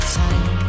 time